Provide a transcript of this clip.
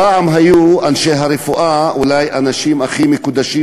פעם היו אנשי הרפואה אולי האנשים הכי מקודשים